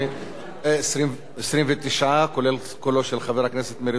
כולל קולו של השר מרידור,